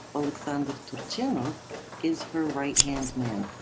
oleksandr turchynov, is her righthand man.